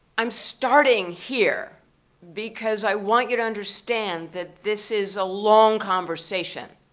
i'm starting here because i want you to understand that this is a long conversation.